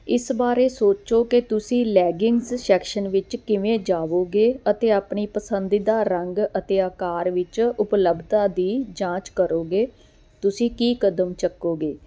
ਇਸ ਬਾਰੇ ਸੋਚੋ ਕਿ ਤੁਸੀਂ ਲੈਗਿਨਸ ਸੈਕਸ਼ਨ ਵਿੱਚ ਕਿਵੇਂ ਜਾਵੋਗੇ ਅਤੇ ਆਪਣੀ ਪਸੰਦੀਦਾ ਰੰਗ ਅਤੇ ਆਕਾਰ ਵਿੱਚ ਉਪਲਬਧਤਾ ਦੀ ਜਾਂਚ ਕਰੋਗੇ ਤੁਸੀਂ ਕੀ ਕਦਮ ਚੱਕੋਗੇ